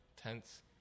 tents